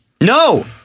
No